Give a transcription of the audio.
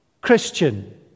Christian